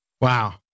Wow